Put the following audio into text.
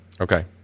Okay